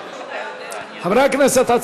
חברי הכנסת,